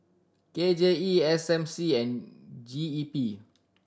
K J E S M C and G E P